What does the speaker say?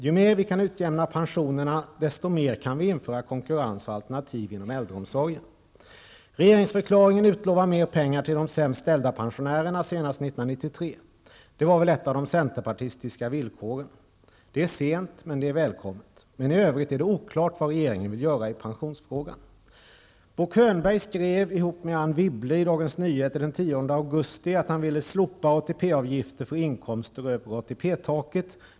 Ju mer man kan utjämna pensionerna, desto mer kan man införa konkurrens och alternativ inom äldreomsorgen. Regeringsförklaringen utlovar mer pengar senast 1993 till de sämst ställda pensionärerna. Det var ett av de centerpartistiska villkoren. Det är sent, men det är välkommet. I övrigt är det oklart vad regeringen vill göra i pensionsfrågan. Dagens Nyheter den 10 augusti att han ville slopa ATP-avgifter för inkomster över ATP-taket.